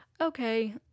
Okay